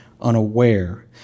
unaware